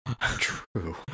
True